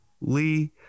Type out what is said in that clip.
Lee